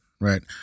Right